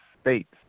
states